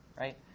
right